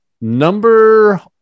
number